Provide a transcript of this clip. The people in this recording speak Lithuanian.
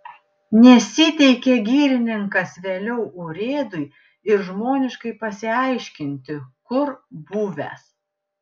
nesiteikė girininkas vėliau urėdui ir žmoniškai pasiaiškinti kur buvęs